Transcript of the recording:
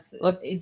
Look